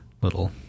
little